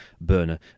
Burner